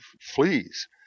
fleas